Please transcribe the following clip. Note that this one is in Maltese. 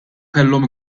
kellhom